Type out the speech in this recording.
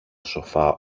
σοφά